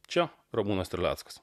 čia ramūnas terleckas